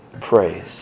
praise